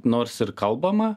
nors ir kalbama